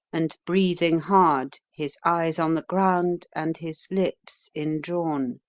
and breathing hard, his eyes on the ground, and his lips indrawn.